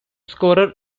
scorer